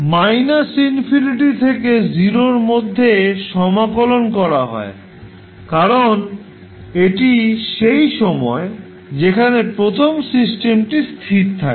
∞থেকে 0 এর মধ্যে সমাকলন করা হয় কারণ এটি সেই সময় যেখানে প্রথমে সিস্টেমটি স্থির থাকে